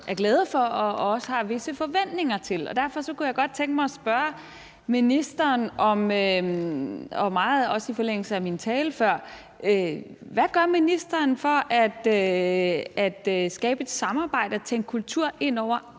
der er glade for og også har visse forventninger til. Derfor kunne jeg godt tænke mig at spørge ministeren, og det ligger også meget i forlængelse af min tale før, om, hvad ministeren gør for at skabe et samarbejde og tænke kultur ind over andre